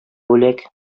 бүләк